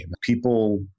People